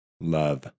Love